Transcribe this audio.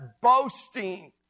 boasting